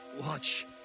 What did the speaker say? Watch